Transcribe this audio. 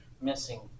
missing